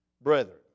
brethren